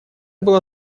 было